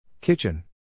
Kitchen